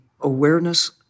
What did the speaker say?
awareness